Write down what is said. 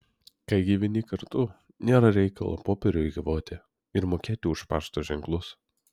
kai gyveni kartu nėra reikalo popierių eikvoti ir mokėti už pašto ženklus